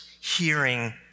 hearing